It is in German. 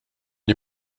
die